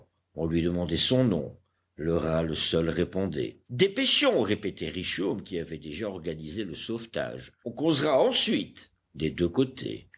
on lui demandait son nom le râle seul répondait dépêchons répétait richomme qui avait déjà organisé le sauvetage on causera ensuite des deux côtés